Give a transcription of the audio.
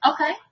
Okay